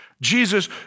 Jesus